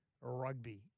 Rugby